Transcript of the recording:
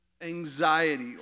anxiety